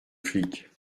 flic